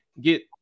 get